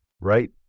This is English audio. Right